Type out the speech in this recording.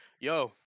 Yo